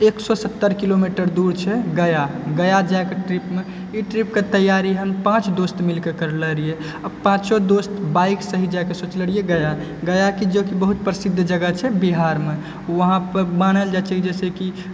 एक सए सत्तर किलोमीटर दूर छै गया गया जाए के ट्रिप मे ई ट्रिप के तैयारी हम पाँच दोस्त मिलकऽ करले रहियै पाँचो दोस्त बाइक से ही जाए कऽ सोचलो रहियै गया गया जेकि बहुत प्रसिद्ध जगह छै बिहारमे वहाँ पर मानल जाइ छै जैसे कि